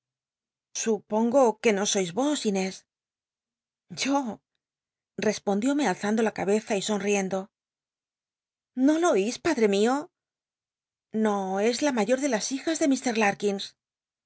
supongo que no sois r os inés yo espondióme alzando la cabeza y sonriendo no lo oís padre mio no es la mayor de lal'iins las hijas de